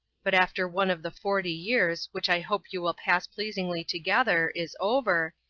but after one of the forty years, which i hope you will pass pleasingly together, is over,